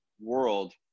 world